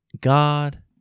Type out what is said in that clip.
God